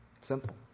Simple